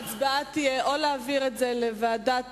ההצבעה תהיה להעביר את הנושא לוועדת